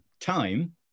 time